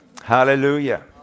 Hallelujah